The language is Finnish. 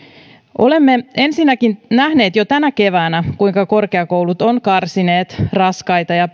olemme ensinnäkin nähneet jo tänä keväänä kuinka korkeakoulut ovat karsineet raskaita ja